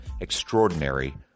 extraordinary